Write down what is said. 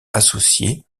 associée